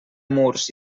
murs